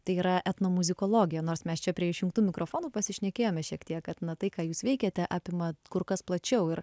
tai yra etnomuzikologija nors mes čia prie išjungtų mikrofono pasišnekėjome šiek tiek kad na tai ką jūs veikiate apima kur kas plačiau ir